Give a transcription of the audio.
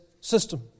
system